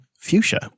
Fuchsia